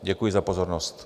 Děkuji za pozornost.